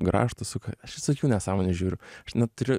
grąžtą suka aš visokių nesąmonių žiūriu aš neturiu